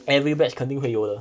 every batch 肯定会有的